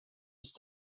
ist